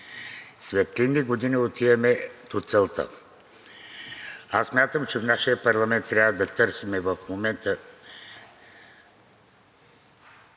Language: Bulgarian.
светлинни години имаме до целта. Аз смятам, че в нашия парламент трябва да търсим в момента